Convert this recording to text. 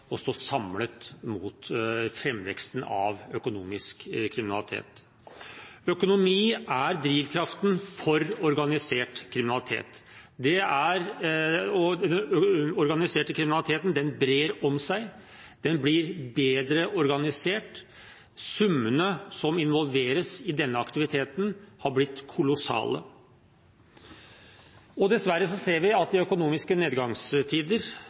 stå samlet mot framveksten av økonomisk kriminalitet. Økonomi er drivkraften for organisert kriminalitet. Den organiserte kriminaliteten brer om seg. Den blir bedre organisert. Summene som involveres i denne aktiviteten, har blitt kolossale. Dessverre ser vi at økonomiske nedgangstider